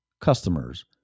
customers